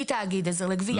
היא תאגיד עזר לגבייה,